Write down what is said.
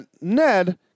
Ned